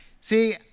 See